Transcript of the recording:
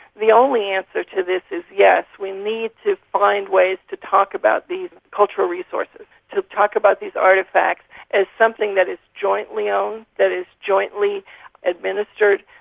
the only answer to this is yes, we need to find ways to talk about these cultural resources, to talk about these artefacts as something that is jointly owned, that is jointly administered,